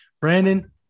Brandon